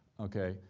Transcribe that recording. okay?